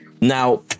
Now